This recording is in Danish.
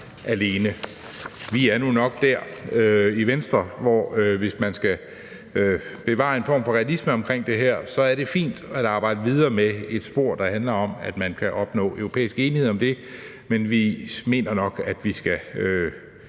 alene«. Vi er nu nok der i Venstre, at vi siger, at hvis man skal bevare en form for realisme omkring det her, så er det fint at arbejde videre med et spor, der handler om, at man kan opnå europæisk enighed om det. Men vi mener nok, at man skal